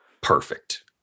Perfect